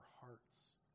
hearts